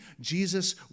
Jesus